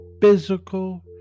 physical